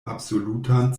absolutan